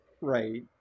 Right